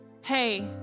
hey